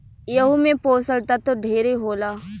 एहू मे पोषण तत्व ढेरे होला